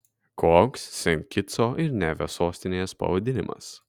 koks sent kitso ir nevio sostinės pavadinimas